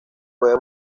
puede